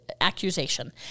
accusation